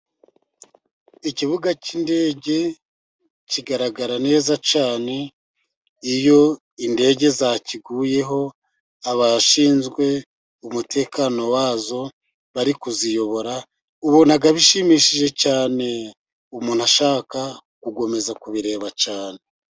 Ikibuga cy'indege kigaragara neza cyane, iyo indege zakiguyeho abashinzwe umutekano wazo bari kuziyobora, ubonaga bishimishije cyane umuntu ashaka gukomeza kubireba cyane.